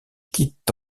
quitte